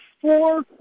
four